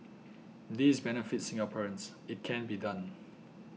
this benefits Singaporeans it can be done